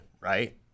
right